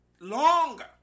longer